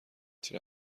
تیر